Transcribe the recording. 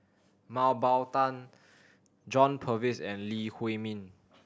Mah Bow Tan John Purvis and Lee Huei Min